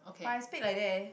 by I speak like that eh